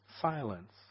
silence